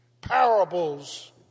parables